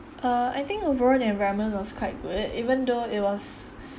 err I think overall the environment was quite good even though it was